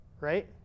right